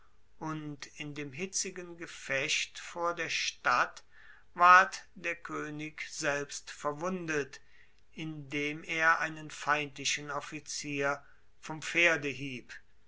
und in dem hitzigen gefecht vor der stadt ward der koenig selbst verwundet indem er einen feindlichen offizier vom pferde hieb